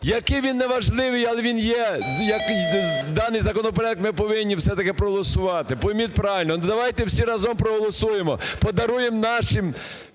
який він не важливий, але він є. Даний законопроект ми повинні все-таки проголосувати, пойміть правильно. Давайте всі разом проголосуємо, подаруємо нашим